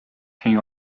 hang